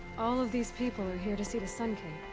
all of these people are here to see the sun king?